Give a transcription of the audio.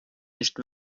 nicht